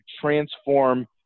transform